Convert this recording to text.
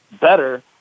better